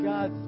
God